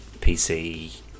PC